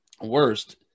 worst